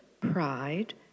pride